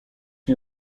nie